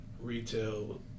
retail